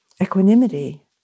Equanimity